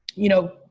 you know,